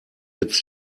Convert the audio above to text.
jetzt